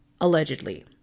Allegedly